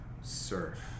surf